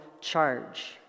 charge